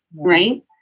Right